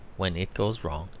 when it goes wrong,